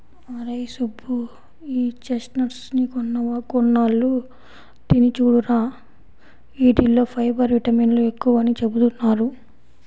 అరేయ్ సుబ్బు, ఈ చెస్ట్నట్స్ ని కొన్నాళ్ళు తిని చూడురా, యీటిల్లో ఫైబర్, విటమిన్లు ఎక్కువని చెబుతున్నారు